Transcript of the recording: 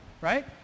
right